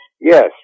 Yes